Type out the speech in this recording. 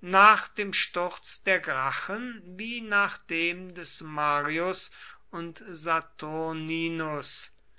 nach dem sturz der gracchen wie nach dem des marius und